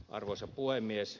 arvoisa puhemies